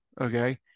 Okay